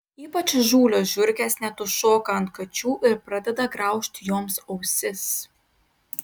ypač įžūlios žiurkės net užšoka ant kačių ir pradeda graužti joms ausis